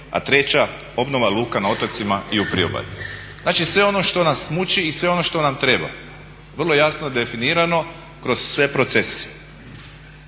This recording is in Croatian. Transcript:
A treća obnova luka na otocima i u priobalju. Znači sve ono što nas muči i sve ono što nam treba vrlo je jasno definirano kroz sve procese.